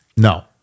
No